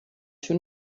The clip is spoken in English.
two